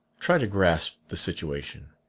try to grasp the situation!